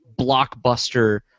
blockbuster